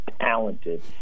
talented